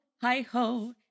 hi-ho